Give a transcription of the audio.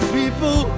people